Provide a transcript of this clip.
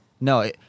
No